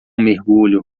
mergulho